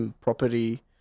property